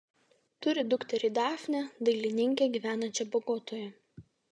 turi dukterį dafnę dailininkę gyvenančią bogotoje